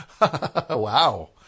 Wow